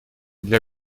для